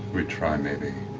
we try maybe.